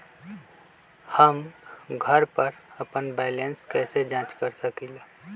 हम घर पर अपन बैलेंस कैसे जाँच कर सकेली?